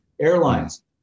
airlines